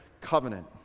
Covenant